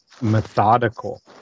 methodical